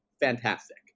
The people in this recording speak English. fantastic